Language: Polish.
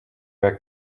jak